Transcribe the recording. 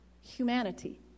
humanity